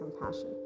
compassion